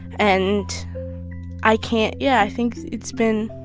and i can't yeah, i think it's been